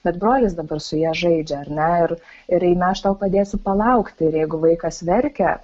bet brolis dabar su ja žaidžia ar ne ir ir eime aš tau padėsiu palaukti ir jeigu vaikas verkia